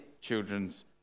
children's